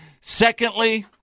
Secondly